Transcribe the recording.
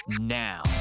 now